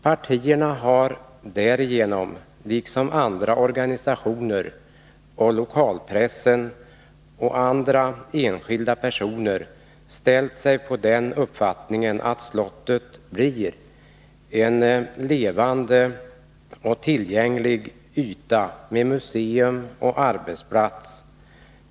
Partierna, liksom andra organisationer, lokalpressen och enskilda personer, har alla ställt sig bakom uppfattningen att slottet blir en levande och för allmänheten tillgänglig yta med museum och arbetsplats.